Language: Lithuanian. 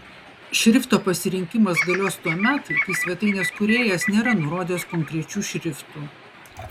šrifto pasirinkimas galios tuomet kai svetainės kūrėjas nėra nurodęs konkrečių šriftų